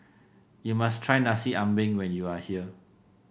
you must try Nasi Ambeng when you are here